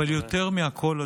אבל יותר מכול,